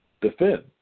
defend